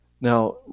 Now